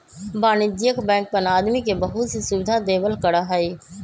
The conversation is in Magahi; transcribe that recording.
वाणिज्यिक बैंकवन आदमी के बहुत सी सुविधा देवल करा हई